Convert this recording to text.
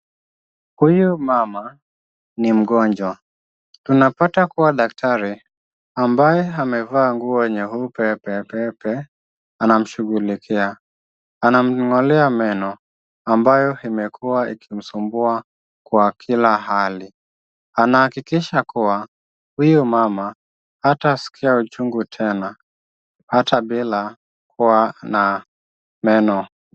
Huyu mama ni mgonjwa, tunapata kuwa daktari ambaye amevaa nguo nyeupe pepepe anamshughulikia. Anamng'olea meno ambayo imekuwa ikimsumbua kwa kila hali, anahakikisha kuwa huyu mama hataskia uchungu tena hata bila kuwa na meno.